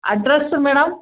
address madam